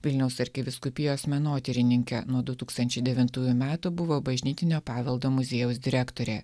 vilniaus arkivyskupijos menotyrininke nuo du tūkstančiai devintųjų metų buvo bažnytinio paveldo muziejaus direktorė